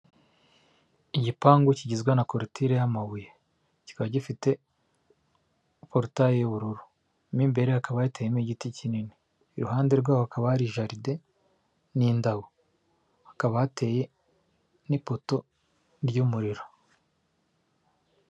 Igipangu kigizwe na coruture y'amabuye kikaba gifite portaye y'ubururu, m’imbere hakaba hateyemo igiti kinini, iruhande rwaho hakaba hari jaride n'indabo, hakaba hateye n'ipoto ry'umuriro.